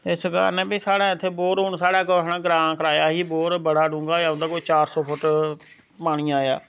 एस्स कारण भाई स्हाढ़ै इत्थै बोर हुन स्हाड़़ा कोहा ने ग्रां कराया ही बोर ओह् बड़ा डूंहगा ऐ उन्दे कोई चार सौ फुट पानी आया